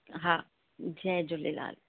हा जय झूलेलाल